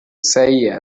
صحیح